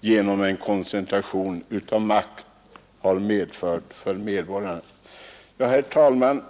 genom en koncentration av makten har medfört för medborgarna. Herr talman!